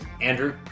Andrew